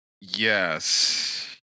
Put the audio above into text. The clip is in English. Yes